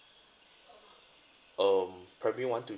um primary one to three